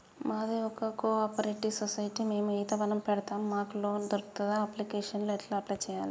మాది ఒక cooperative society మేము ఈత వనం పెడతం మాకు లోన్ దొర్కుతదా? అప్లికేషన్లను ఎట్ల అప్లయ్ చేయాలే?